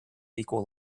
equal